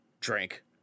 drink